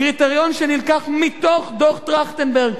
קריטריון שנלקח מתוך דוח-טרכטנברג,